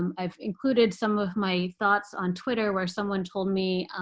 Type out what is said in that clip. um i've included some of my thoughts on twitter, where someone told me,